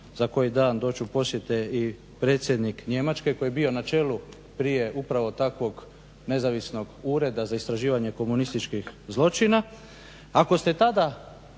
za koji dan doć u posjete i predsjednik Njemačke koji je bio na čelu prije upravo takvog nezavisnog Ureda za istraživanje komunističkih zločina.